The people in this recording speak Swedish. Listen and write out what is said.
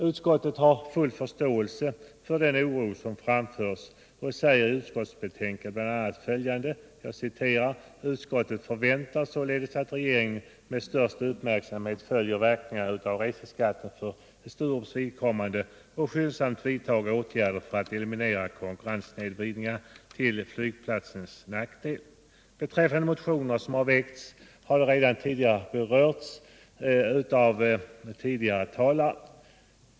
Utskottet har full förståelse för den oro som framförts och säger i utskottsbetänkandet bl.a. följande: ”Utskottet förväntar således att regeringen med största uppmärksamhet följer verkningarna av reseskatten för Sturups vidkommande och skyndsamt vidtar åtgärder för att eliminera konkurrenssnedvridningar till flygplatsens nackdel.” De motioner som har väckts har redan berörts av tidigare talare.